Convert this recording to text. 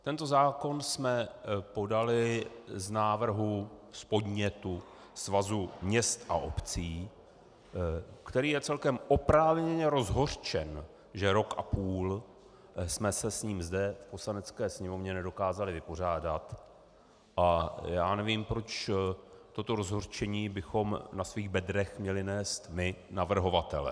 Tento zákon jsme podali z podnětu Svazu měst obcí, který je celkem oprávněně rozhořčen, že rok a půl jsme se s ním zde v Poslanecké sněmovně nedokázali vypořádat, a já nevím, proč toto rozhořčení bychom na svých bedrech měli nést my navrhovatelé.